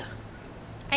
I I